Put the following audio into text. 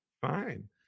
Fine